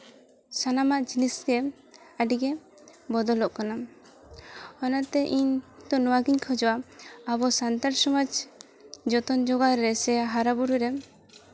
ᱥᱟᱱᱟᱢᱟᱜ ᱡᱤᱱᱤᱥ ᱜᱮ ᱟᱹᱰᱤ ᱵᱚᱫᱚᱞᱚᱜ ᱠᱟᱱᱟ ᱚᱱᱟᱛᱮ ᱤᱧ ᱫᱚ ᱱᱚᱣᱟᱜᱤᱧ ᱠᱷᱚᱡᱚᱜᱼᱟ ᱟᱵᱚ ᱥᱟᱱᱛᱟᱲ ᱥᱚᱢᱟᱡᱽ ᱡᱚᱛᱚᱱ ᱡᱚᱜᱟᱣ ᱨᱮᱥᱮ ᱦᱟᱨᱟᱼᱵᱩᱨᱩᱭ ᱨᱮ